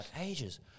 ages